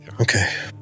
Okay